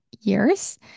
years